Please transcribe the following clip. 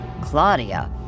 Claudia